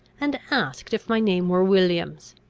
and asked if my name were williams.